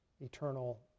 eternal